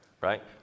right